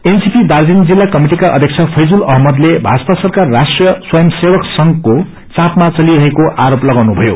NCP Darjeeling जिल्ला कमिटिका अध्यक्ष फैज़ुल अइमदले भाजपा सरकार राष्ट्रिय स्वंय सेवक संषको चापमा चलिरहेको आरोप लागाउँथयो